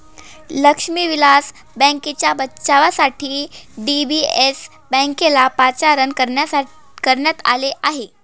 लक्ष्मी विलास बँकेच्या बचावासाठी डी.बी.एस बँकेला पाचारण करण्यात आले आहे